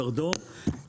ערדום,